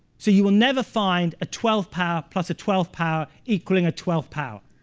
so you will never find a twelve power plus a twelve power equalling a twelve power.